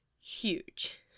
huge